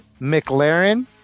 McLaren